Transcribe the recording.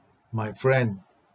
my friend